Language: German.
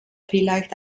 vielleicht